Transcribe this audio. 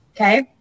Okay